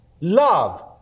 love